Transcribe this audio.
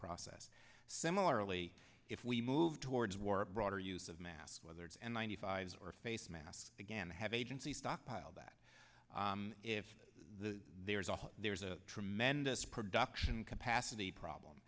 process similarly if we move towards war abroad or use of mass whether it's an ninety five or a face mask again have agency stockpiled that if the there is a whole there's a tremendous production capacity problem